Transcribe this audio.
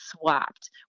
swapped